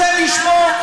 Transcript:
השם ישמור.